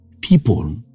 people